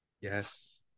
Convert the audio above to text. Yes